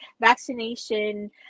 vaccination